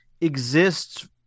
exists